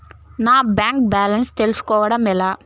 నా bank balance తెలుస్కోవడం ఎలా?